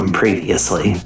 previously